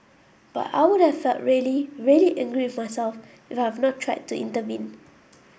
but I would have felt really really angry with myself if I had not tried to intervene